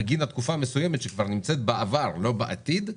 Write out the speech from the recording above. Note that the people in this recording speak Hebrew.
בגין התקופה המסוימת שהייתה בעבר, לא בעתיד,